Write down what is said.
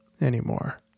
anymore